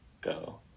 go